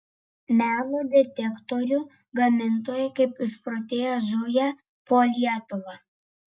melo detektorių gamintojai kaip išprotėję zuja po lietuvą